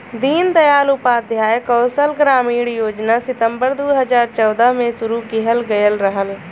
दीन दयाल उपाध्याय कौशल ग्रामीण योजना सितम्बर दू हजार चौदह में शुरू किहल गयल रहल